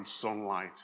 sunlight